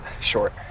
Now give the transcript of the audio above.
short